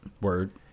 word